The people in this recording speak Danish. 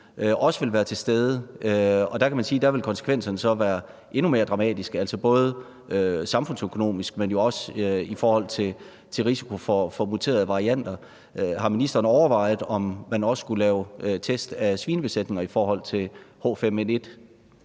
Og der kan man sige, at der vil konsekvenserne så være endnu mere dramatiske, altså både samfundsøkonomisk, men jo også i forhold til risikoen for muterede varianter. Har ministeren overvejet, om man også skulle lave test af svinebesætninger i forhold til H5N1?